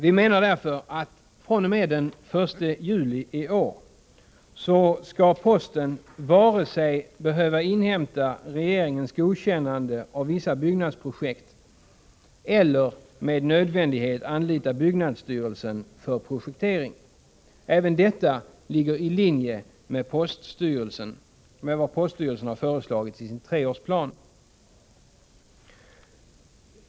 Vi menar därför att fr.o.m. den 1 juli i år skall posten varken behöva inhämta regeringens godkännande av vissa byggnadsprojekt eller med nödvändighet anlita byggnadsstyrelsen för projektering. Även detta ligger i linje med vad poststyrelsen har föreslagit i sin treårsplan.